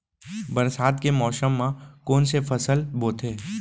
बरसात के मौसम मा कोन से फसल बोथे?